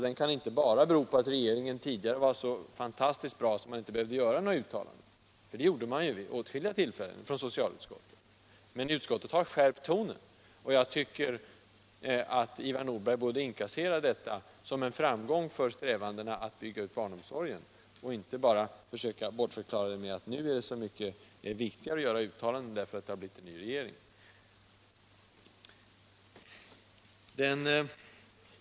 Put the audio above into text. Den kan inte bara bero på att regeringen tidigare var så fantastiskt bra, att man inte behövde göra något uttalande. Uttalanden gjordes vid åtskilliga tillfällen av socialutskottet, men utskottet har skärpt tonen. Jag tycker att Ivar Nordberg borde inkassera detta som en framgång för strävandena att bygga ut barnomsorgen och inte bara försöka bortförklara det med att det nu är så mycket viktigare att göra uttalanden därför att vi har fått en ny regering.